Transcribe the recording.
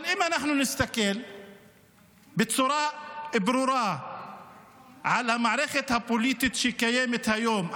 אבל אם נסתכל בצורה ברורה על המערכת הפוליטית שקיימת היום,